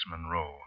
Monroe